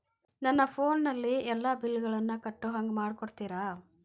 ನನ್ನ ಫೋನಿನಲ್ಲೇ ಎಲ್ಲಾ ಬಿಲ್ಲುಗಳನ್ನೂ ಕಟ್ಟೋ ಹಂಗ ಮಾಡಿಕೊಡ್ತೇರಾ?